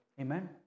Amen